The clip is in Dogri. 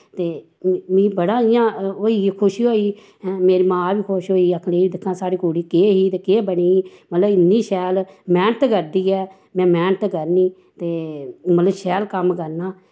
ते मिगी बड़ा इयां होई खुशी होई हैं मेरी मां बी खुश होई आखन लगी दिक्खां साढ़ी कुड़ी केह् ही ते केह् बनी मतलव इन्नी शैल मैह्नत करदी ऐ मैं मैह्नत करनी ते मतलव शैल कम्म करना